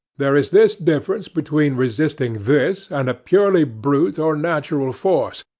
there is this difference between resisting this and a purely brute or natural force,